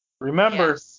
Remember